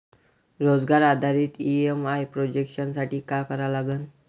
रोजगार आधारित EMI projection साठी का करा लागन?